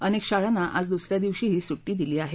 अनेक शाळांना आज दुस या दिवशीही सुटी दिली आहे